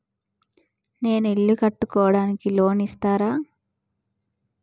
నేను ఇల్లు కట్టుకోనికి లోన్ ఇస్తరా?